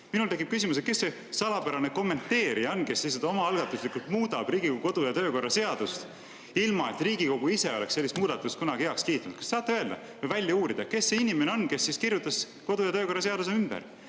Minul tekib küsimus, kes on see salapärane kommenteerija, kes lihtsalt omaalgatuslikult muudab Riigikogu kodu- ja töökorra seadust, ilma et Riigikogu ise oleks sellist muudatust kunagi heaks kiitnud. Kas te saate öelda või välja uurida, kes on see inimene, kes kirjutas kodu- ja töökorra seaduse ümber?